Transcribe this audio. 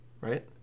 Right